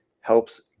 helps